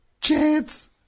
chance